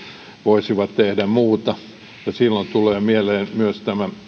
voisivat tehdä muuta silloin tulee mieleen myös tämä